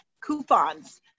coupons